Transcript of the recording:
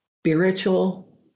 spiritual